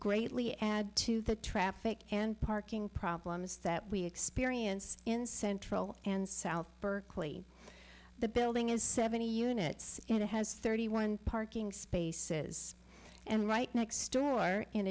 greatly add to the traffic and parking problems that we experience in central and south berkeley the building is seventy units and it has thirty one parking spaces and right next door in